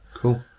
Cool